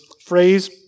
phrase